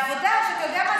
לעבודה, שאתה יודע מה?